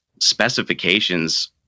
specifications